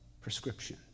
prescription